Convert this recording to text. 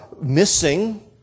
missing